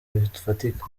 bifatika